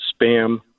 spam